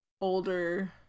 older